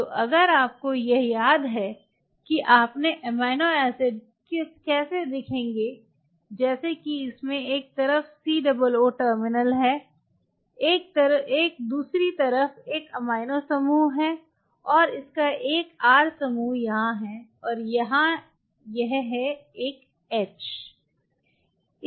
तो अगर आपको यह याद है कि आपके एमिनो एसिड कैसे दिखेंगे जैसे कि इसमें एक तरफ COO टर्मिनल है एक दूसरी तरफ पर एमिनो समूह है और इसका एक R समूह यहां है और यह यहां एक H है